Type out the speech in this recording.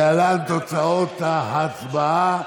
להלן תוצאות ההצבעה: